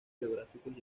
geográficos